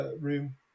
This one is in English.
room